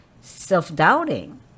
self-doubting